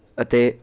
ਅਤੇ